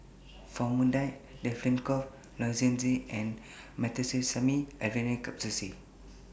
Famotidine Difflam Cough Lozenges and Meteospasmyl Alverine Capsules